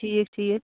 ٹھیٖک ٹھیٖک